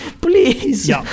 please